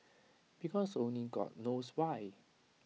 because only God knows why